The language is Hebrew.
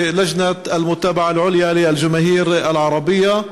לג'נת אל-מֻתאבעה אל-עֻליא ללג'מאהיר אל-ערבייה.